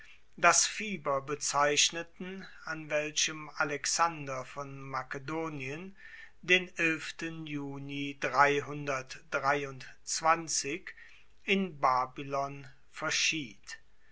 das fieber bezeichneten an welchem alexander von makedonien den juni in babylon verschied